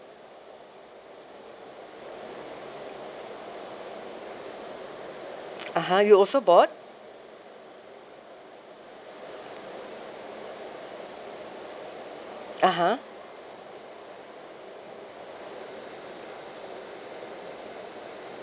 (uh huh) you also bought (uh huh)